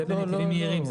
זה בנתיבים מהירים,